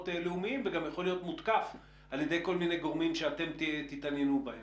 לאומיים ויכול להיות מותקף על ידי כל מיני גורמים שאתם תתעניינו בהם.